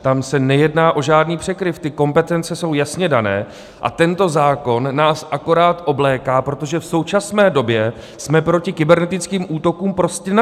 Tam se nejedná o žádný překryv, ty kompetence jsou jasně dané a tento zákon nás akorát obléká, protože v současné době jsme proti kybernetickým útokům prostě nazí.